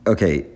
Okay